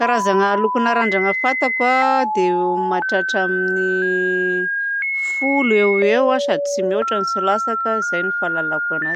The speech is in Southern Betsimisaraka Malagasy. Karazana lokona randrana fantako dia mahatratra eo amin'ny folo eo ho eo sady tsy mihoatra ary tsy latsaka. Izay no fahalalako anazy.